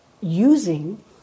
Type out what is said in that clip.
using